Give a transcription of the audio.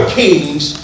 kings